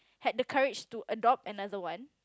had the courage to adopt another one